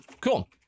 cool